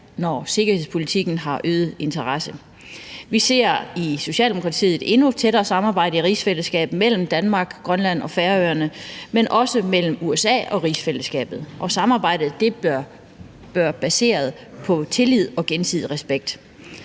når sikkerhedspolitikken har øget interesse. Vi ser i Socialdemokratiet et endnu tættere samarbejde i rigsfællesskabet mellem Danmark, Grønland og Færøerne, men også mellem USA og rigsfællesskabet. Samarbejdet bør baseres på tillid og gensidig respekt.